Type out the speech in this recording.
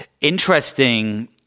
interesting